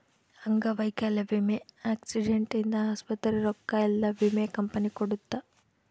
ಅಂಗವೈಕಲ್ಯ ವಿಮೆ ಆಕ್ಸಿಡೆಂಟ್ ಇಂದ ಆಸ್ಪತ್ರೆ ರೊಕ್ಕ ಯೆಲ್ಲ ವಿಮೆ ಕಂಪನಿ ಕೊಡುತ್ತ